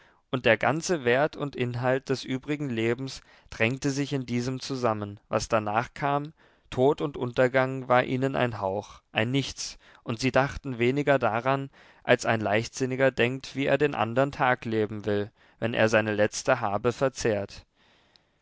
und der ganze wert und inhalt des übrigen lebens drängte sich in diesem zusammen was danach kam tod und untergang war ihnen ein hauch ein nichts und sie dachten weniger daran als ein leichtsinniger denkt wie er den anderen tag leben will wenn er seine letzte habe verzehrt